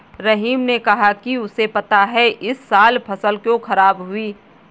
रहीम ने कहा कि उसे पता है इस साल फसल क्यों खराब हुई